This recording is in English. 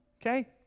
okay